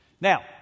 Now